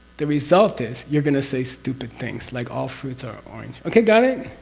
the result is you're going to say stupid things like, all fruits are orange. okay? got it?